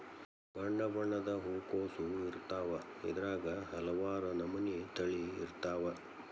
ಬಣ್ಣಬಣ್ಣದ ಹೂಕೋಸು ಇರ್ತಾವ ಅದ್ರಾಗ ಹಲವಾರ ನಮನಿ ತಳಿ ಇರ್ತಾವ